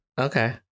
Okay